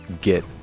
get